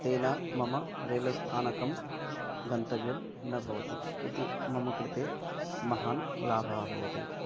तेन मम रेल स्थानकं गन्तव्यं न भवति इति मम कृते महान् लाभः भवति